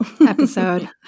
episode